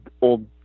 old